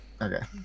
Okay